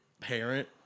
parent